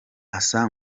asa